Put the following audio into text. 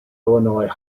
illinois